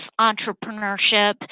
entrepreneurship